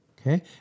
Okay